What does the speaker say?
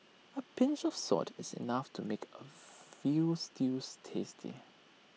A pinch of salt is enough to make A Veal Stews tasty